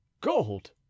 Gold